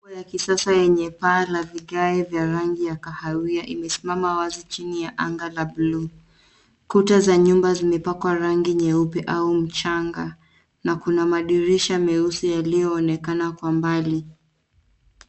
Jengo la kisasa lenye paa ya vigae vya rangi ya kahawia imesimama wazi chini ya anga la blue .Kuta za nyumba zimepakwa rangi nyeupe au mchanga na kuna madirisha meusi yaliyoonekana kwa mbali.